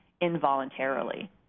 involuntarily